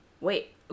wait